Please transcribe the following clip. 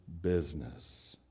business